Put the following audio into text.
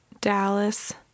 Dallas